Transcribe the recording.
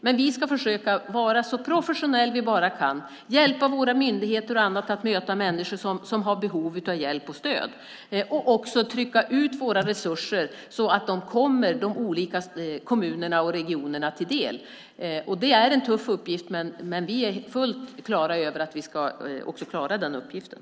Men vi ska försöka vara så professionella vi bara kan och hjälpa våra myndigheter och andra att möta människor som är i behov av hjälp och stöd. Vi ska också trycka ut våra resurser så att dessa kommer de olika kommunerna och regionerna till del. Det är en tuff uppgift, men vi är helt klara över att vi ska klara också den uppgiften.